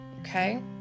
okay